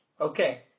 Okay